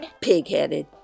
Pigheaded